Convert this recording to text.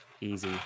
easy